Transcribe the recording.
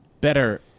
better